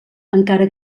encara